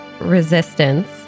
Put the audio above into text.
resistance